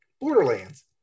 Borderlands